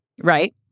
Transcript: Right